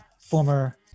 former